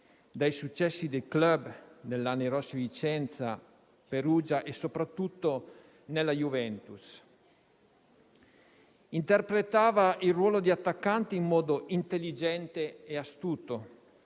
dai successi nei *club* del Lanerossi Vicenza, Perugia e soprattutto della Juventus. Interpretava il ruolo di attaccante in modo intelligente e astuto.